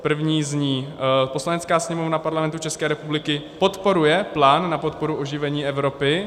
První zní: Poslanecká sněmovna Parlamentu České republiky podporuje Plán na podporu oživení Evropy.